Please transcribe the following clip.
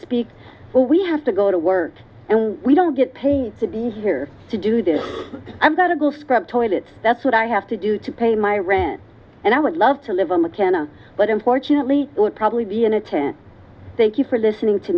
speak well we have to go to work and we don't get paid to be here to do this i've got a good scrub toilets that's what i have to do to pay my rent and i would love to live on the piano but unfortunately would probably be in a tent thank you for listening to